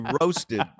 roasted